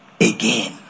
again